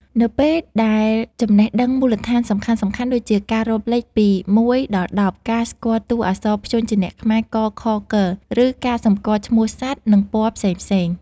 នៅពេលដែលចំណេះដឹងមូលដ្ឋានសំខាន់ៗ ដូចជាការរាប់លេខពី ១ ដល់ ១០ ការស្គាល់តួអក្សរព្យញ្ជនៈខ្មែរ ក ខ គ ឬការសម្គាល់ឈ្មោះសត្វ និងពណ៌ផ្សេងៗ